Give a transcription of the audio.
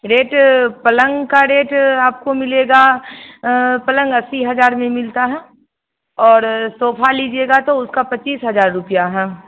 rate पलंग का rate आपको मिलेगा पलंग अस्सी हज़ार में मिलता है और सोफ़ा लीजिएगा तो उसका पच्चीस हज़ार रुपया है